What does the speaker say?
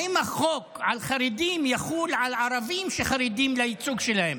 האם החוק על חרדים יחול על ערבים שחרדים לייצוג שלהם?